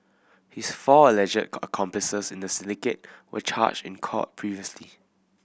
his four alleged accomplices in the syndicate were charged in court previously